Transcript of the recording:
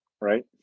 right